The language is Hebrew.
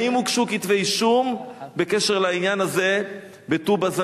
האם הוגשו כתבי אישום בקשר לעניין הזה בטובא-זנגרייה?